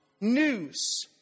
news